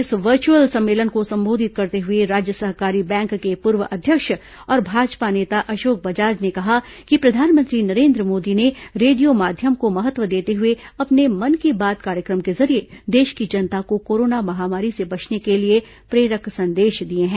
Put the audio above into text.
इस वर्चुअल सम्मेलन को संबोधित करते हुए राज्य सहकारी बैंक के पूर्व अध्यक्ष और भाजपा नेता अशोक बजाज ने कहा कि प्रधानमंत्री नरेन्द्र मोदी ने रेडियो माध्यम को महत्व देते हुए अपने मन की बात कार्यक्रम के जरिये देश की जनता को कोरोना महामारी से बचने के लिए प्रेरक संदेश दिए हैं